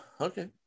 okay